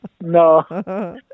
No